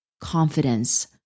confidence